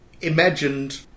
imagined